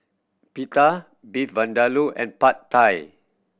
Pita Beef Vindaloo and Pad Thai